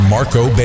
Marco